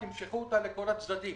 תמשכו אותה לכל הצדדים.